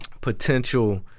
potential